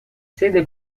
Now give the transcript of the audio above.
sede